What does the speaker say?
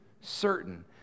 certain